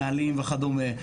נהלים וכדומה.